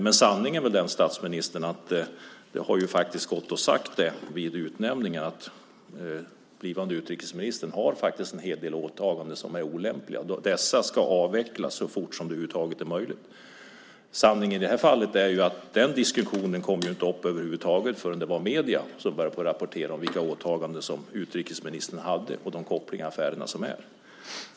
Men sanningen är väl den, statsministern, att det vid utnämningen hade gått att säga att den blivande utrikesministern hade en hel del åtaganden som var olämpliga och att dessa skulle avvecklas så fort som det över huvud taget var möjligt. Sanningen i det här fallet är ju att den diskussionen inte kom upp över huvud taget förrän medierna började rapportera om vilka åtaganden som utrikesministern hade och de kopplingar som fanns.